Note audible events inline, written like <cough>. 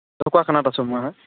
ঢকুৱাখানাত মই <unintelligible>